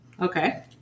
Okay